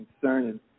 concerning